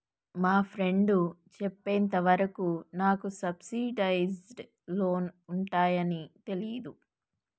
మా ఫ్రెండు చెప్పేంత వరకు నాకు సబ్సిడైజ్డ్ లోన్లు ఉంటయ్యని తెలీదు